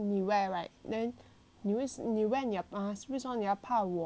你 wear 你的 mask then 为什么你要怕我因为我没有 wear 那个 mask